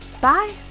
Bye